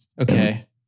Okay